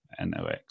NOx